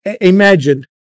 Imagine